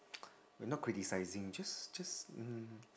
we not criticising just just mm